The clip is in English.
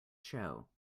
show